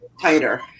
tighter